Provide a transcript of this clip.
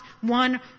one